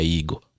ego